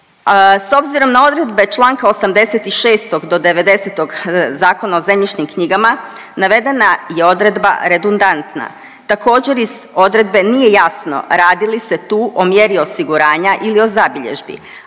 s obzirom na odredbe Članka 86. do 90. Zakona o zemljišnim knjigama navedena je odredba redundantna. Također iz odredbe nije jasno radi li se tu o mjeri osiguranja ili o zabilježbi,